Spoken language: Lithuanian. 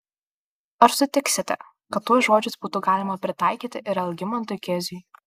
ar sutiksite kad tuos žodžius būtų galima pritaikyti ir algimantui keziui